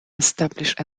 established